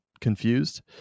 confused